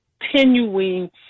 continuing